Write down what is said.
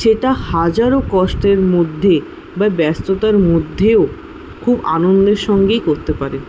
সেটা হাজারো কষ্টের মধ্যে বা ব্যস্ততার মধ্যেও খুব আনন্দের সঙ্গেই করতে পারে